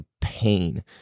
pain